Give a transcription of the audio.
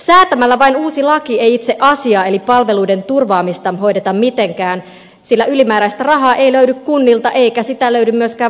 säätämällä vain uusi laki ei itse asiaa eli palveluiden turvaamista hoideta mitenkään sillä ylimääräistä rahaa ei löydy kunnilta eikä sitä löydy myöskään valtiolta